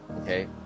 Okay